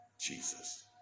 Jesus